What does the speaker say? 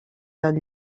del